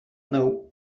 know